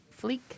fleek